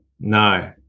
No